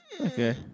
okay